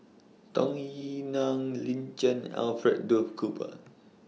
Tung Yue Nang Lin Chen Alfred Duff Cooper